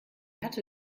hatte